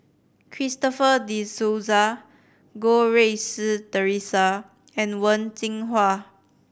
Christopher De Souza Goh Rui Si Theresa and Wen Jinhua